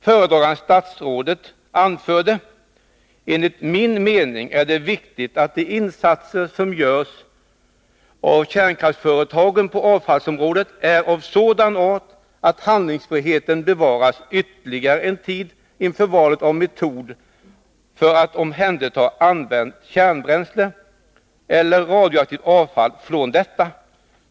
Föredragande statsrådet anförde: ”Enligt min mening är det viktigt att de insatser som görs av kärnkraftföretagen på avfallsområdet är av sådan art att handlingsfriheten bevaras ytterligare en tid inför val av metod för att omhänderta använt kärnbränsle eller radioaktivt avfall från detta.